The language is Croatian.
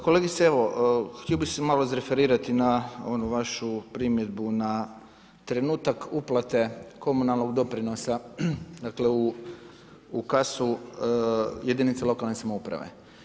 Kolegice evo, htio bih se malo izreferirati na onu vašu primjedbu na trenutak uplate komunalnog doprinosa, dakle u kasu jedinica lokalne samouprave.